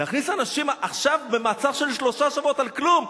להכניס אנשים עכשיו למעצר של שלושה שבועות על כלום?